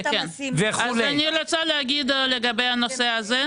אני רוצה להגיד לגבי הנושא הזה,